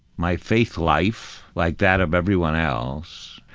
my faith life, like that of everyone else,